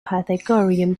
pythagorean